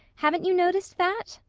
haven't you noticed that?